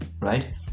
right